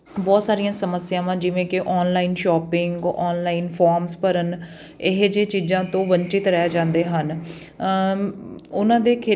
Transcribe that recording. ਬਹੁਤ ਸਾਰੀਆਂ ਸਮੱਸਿਆਵਾਂ ਜਿਵੇਂ ਕਿ ਔਨਲਾਈਨ ਸ਼ੋਪਿੰਗ ਔਨਲਾਈਨ ਫੋਮਸ ਭਰਨ ਇਹ ਜਿਹੇ ਚੀਜ਼ਾਂ ਤੋਂ ਵੰਚਿਤ ਰਹਿ ਜਾਂਦੇ ਹਨ ਉਹਨਾਂ ਦੇ ਖੇ